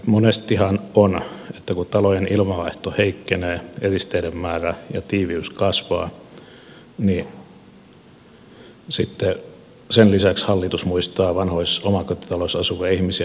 monestihan on että kun talojen ilmanvaihto heikkenee eristeiden määrä ja tiiviys kasvaa niin sitten sen lisäksi hallitus muistaa vanhoissa omakotitalossa asuvia ihmisiä energiatodistuksella